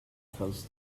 because